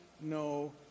no